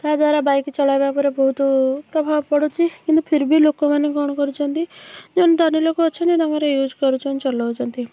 ତାହା ଦ୍ୱାରା ବାଇକ୍ ଚଳାଇବା ପରେ ବହୁତ ପ୍ରଭାବ ପଡ଼ୁଛି କିନ୍ତୁ ଫିର୍ବି ଲୋକମାନେ କ'ଣ କରୁଛନ୍ତି ଯିଏ ଧନୀ ଲୋକ ଅଛନ୍ତି ତାଙ୍କର ୟୁଜ୍ କରୁଛନ୍ତି ଚଲଉଛନ୍ତି